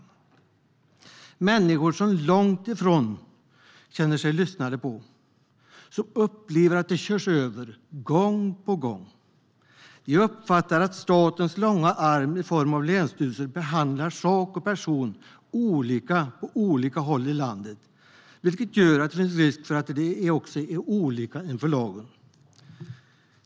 Det är människor som långt ifrån känner sig lyssnade på och som upplever att de körs över gång på gång. De upplever att statens långa arm i form av länsstyrelser behandlar sak och person olika på olika håll i landet, vilket gör att det finns risk för att alla inte är lika inför lagen.